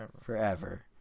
forever